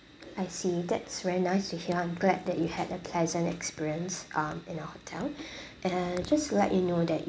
I see that's very nice to hear I'm glad that you had a pleasant experience um in our hotel and just to let you know that